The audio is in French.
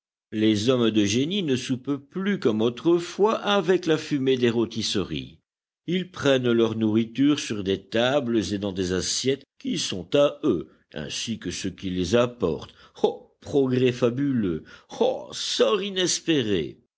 les hommes de génie ne soupent plus comme autrefois avec la fumée des rôtisseries ils prennent leur nourriture sur des tables et dans des assiettes qui sont à eux ainsi que ceux qui les apportent ô progrès fabuleux ô sort inespéré